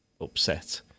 upset